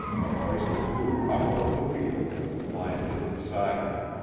but hoisted lou up over the wheel and climbed in beside her.